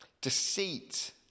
Deceit